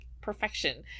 perfection